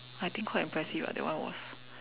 I think quite impressive ah that one was